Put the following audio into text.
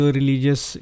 religious